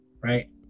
right